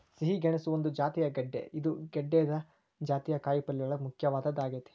ಸಿಹಿ ಗೆಣಸು ಒಂದ ಜಾತಿಯ ಗೆಡ್ದೆ ಇದು ಗೆಡ್ದೆ ಜಾತಿಯ ಕಾಯಪಲ್ಲೆಯೋಳಗ ಮುಖ್ಯವಾದದ್ದ ಆಗೇತಿ